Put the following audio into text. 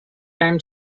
time